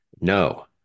no